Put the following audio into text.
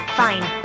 fine